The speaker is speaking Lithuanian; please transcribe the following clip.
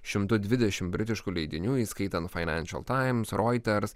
šimtu britiškų leidinių įskaitant fainenšinal taims roiters